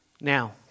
Now